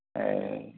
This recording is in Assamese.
অঁ